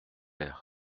air